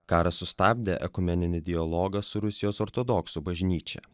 karas sustabdė ekumeninį dialogą su rusijos ortodoksų bažnyčia